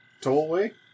Tollway